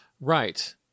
Right